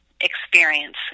experience